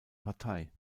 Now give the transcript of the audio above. partei